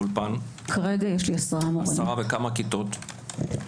האולפן הוא כמו בית חם לעולים החדשים מעבר לשפה.